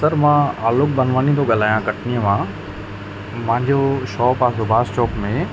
sir मां आलोक बनवानी थो ॻाल्हायां कटनीअ मां मुहिंजो शॉप आहे देवास चौक में